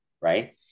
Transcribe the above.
right